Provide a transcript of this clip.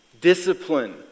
discipline